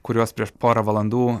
kuriuos prieš porą valandų